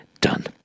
done